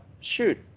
Shoot